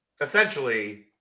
essentially